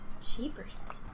Cheapers